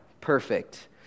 perfect